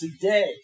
today